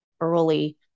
early